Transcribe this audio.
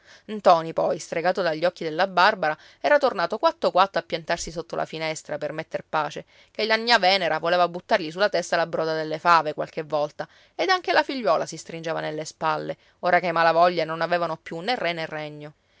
prima ntoni poi stregato dagli occhi della barbara era tornato quatto quatto a piantarsi sotto la finestra per metter pace che la gnà venera voleva buttargli sulla testa la broda delle fave qualche volta ed anche la figliuola si stringeva nelle spalle ora che i malavoglia non avevano più né re né regno